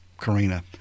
Karina